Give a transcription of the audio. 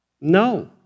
No